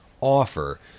offer